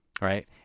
right